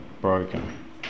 broken